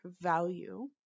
value